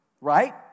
Right